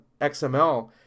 XML